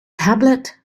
tablet